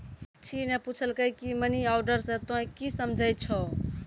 साक्षी ने पुछलकै की मनी ऑर्डर से तोंए की समझै छौ